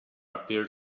appeared